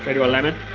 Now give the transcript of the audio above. ah do a lemon?